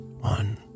One